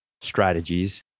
strategies